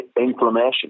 inflammation